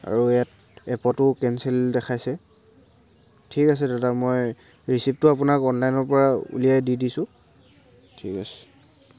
আৰু ইয়াত এপতো কেনচেল দেখাইছে ঠিক আছে দাদা মই ৰিচিপ্টটো আপোনাক অনলাইনৰ পৰা উলিয়াই দি দিছো ঠিক আছে